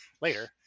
Later